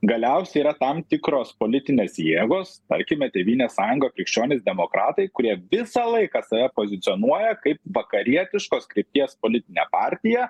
galiausiai yra tam tikros politinės jėgos tarkime tėvynės sąjunga krikščionys demokratai kurie visą laiką save pozicionuoja kaip vakarietiškos krypties politinę partiją